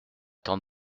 étant